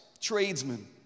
tradesmen